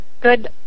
good